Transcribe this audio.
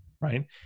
Right